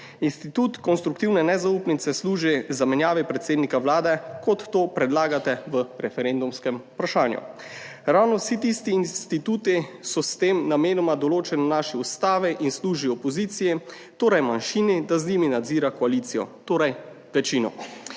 Institut konstruktivne nezaupnice služi zamenjavi predsednika vlade, kot to predlagate v referendumskem vprašanju. Ravno vsi tisti instituti so s tem namenoma določeni v naši Ustavi in služi opoziciji, torej manjšini, da z njimi nadzira koalicijo, torej večino.